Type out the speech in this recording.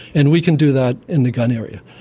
and we can do that in the gun area.